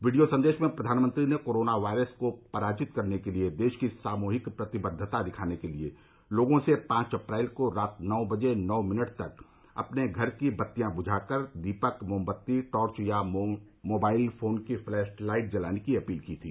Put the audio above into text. video संदेश में प्रघानमंत्री ने कोरोना वायरस को पराजित करने के लिए देश की सामूहिक प्रतिबद्वता दिखाने के लिए लोगों से पांच अप्रैल को रात नौ बजे नौ मिनट तक अपने घर की बत्तियां बुझाकर दीपक मोमबत्ती टॉर्च या मोबाइल फोन की फ्लैश लाइट जलाने की अपील की थी